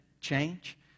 change